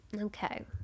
okay